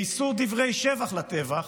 לאיסור דברי שבח לטבח,